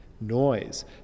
Noise